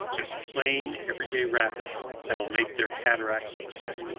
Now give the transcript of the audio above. just plain every-day rapids, that will make their cataracts look sick.